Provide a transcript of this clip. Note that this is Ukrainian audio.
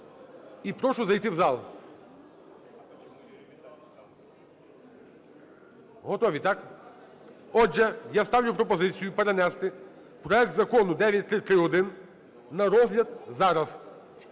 і прошу зайти в зал. Готові, так? Отже, я ставлю пропозицію перенести проект Закону 9331 на розгляд зараз,